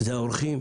זה האורחים,